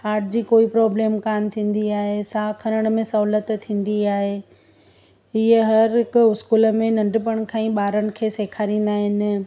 heart जी कोई problem कान थींदी आहे साहु खरण में सहूलियतु थींदी आहे हीअं हर हिक स्कूल में नंढपण खां ई ॿारनि खे सेखारींदा आहिनि